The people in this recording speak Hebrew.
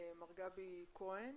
מר גבי כהן.